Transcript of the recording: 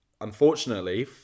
unfortunately